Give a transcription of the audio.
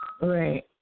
Right